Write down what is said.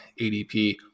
ADP